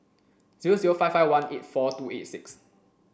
zero zero five five one eight four two eight six